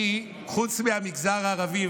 כי חוץ מהמגזר הערבי,